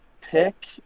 pick